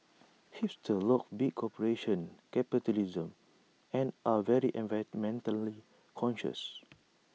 hipsters loath big corporations capitalism and are very environmentally conscious